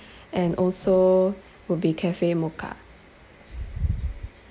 and also would be cafe mocha